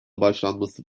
başlanması